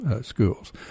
schools